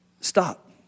stop